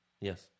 Yes